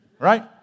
right